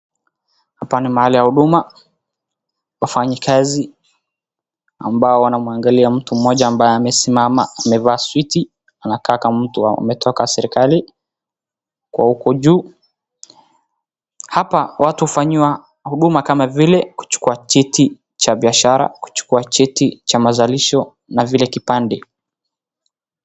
Hapa ni mahali ya huduma. Wafanyikazi ambao wanamwangalia mtu mmoja ambaye amesimama, amevaa suti. Anakaa kama mtu ametoka serikali kwa huko juu. Hapa watu hufanyiwa huduma kama vile kuchukua cheti cha biashara, kuchukua cheti cha mazalisho na vile kipande.